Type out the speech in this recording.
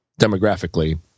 demographically